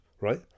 right